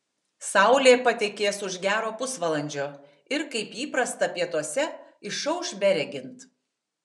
saulė patekės už gero pusvalandžio ir kaip įprasta pietuose išauš beregint